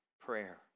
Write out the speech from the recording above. prayer